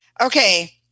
Okay